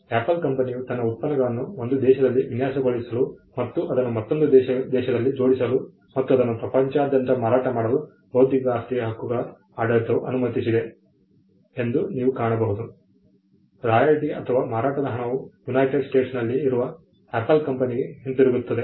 apple ಕಂಪನಿಯು ತನ್ನ ಉತ್ಪನ್ನಗಳನ್ನು ಒಂದು ದೇಶದಲ್ಲಿ ವಿನ್ಯಾಸಗೊಳಿಸಲು ಮತ್ತು ಅದನ್ನು ಮತ್ತೊಂದು ದೇಶದಲ್ಲಿ ಜೋಡಿಸಲು ಮತ್ತು ಅದನ್ನು ಪ್ರಪಂಚದಾದ್ಯಂತ ಮಾರಾಟ ಮಾಡಲು ಬೌದ್ಧಿಕ ಆಸ್ತಿಯ ಹಕ್ಕುಗಳ ಆಡಳಿತವು ಅನುಮತಿಸಿದೆ ಎಂದು ನೀವು ಕಾಣಬಹುದು ರಾಯಲ್ಟಿ ಅಥವಾ ಮಾರಾಟದ ಹಣವು ಯುನೈಟೆಡ್ ಸ್ಟೇಟ್ಸ್ನಲ್ಲಿ ಇರುವ ಆಪಲ್ ಕಂಪನಿಗೆ ಹಿಂತಿರುಗುತ್ತದೆ